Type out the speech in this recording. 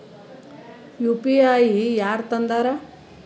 UPI ಯಾರ್ ತಂದಾರ?